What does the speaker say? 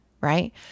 right